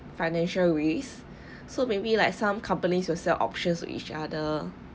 financial risk so maybe like some companies will sell options to each other